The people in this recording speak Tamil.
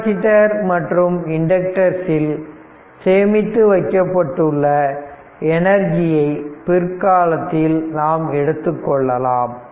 கெப்பாசிட்டர் மற்றும் இண்டக்டர்ஸ் இல் சேமித்து வைக்கப்பட்டுள்ள எனர்ஜியை பிற்காலத்தில் நாம் எடுத்துக் கொள்ளலாம்